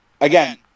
Again